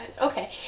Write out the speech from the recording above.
okay